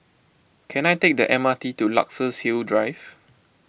can I take the M R T to Luxus Hill Drive